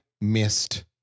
missed